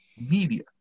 media